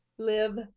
Live